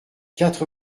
quatre